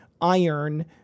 iron